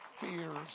fears